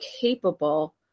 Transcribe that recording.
capable